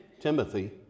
Timothy